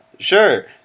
Sure